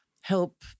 help